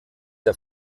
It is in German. der